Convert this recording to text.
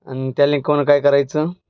आणि त्या लिंकवरून काय करायचं